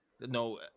No